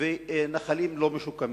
ונחלים לא משוקמים.